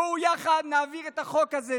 בואו נעביר יחד את החוק הזה.